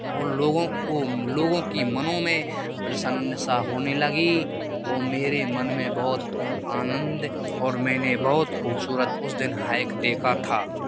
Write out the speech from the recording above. और लोगों को लोगों की मनों में प्रसन्नता होने लगी और मेरे मन में बहुत आनंद और मैंने बहुत खूबसूरत उस दिन हाइक देखा था